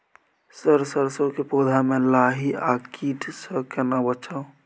Sir सरसो के पौधा में लाही आ कीट स केना बचाऊ?